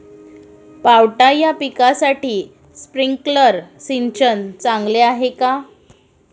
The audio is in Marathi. पावटा या पिकासाठी स्प्रिंकलर सिंचन चांगले आहे का?